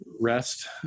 Rest